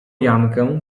jankę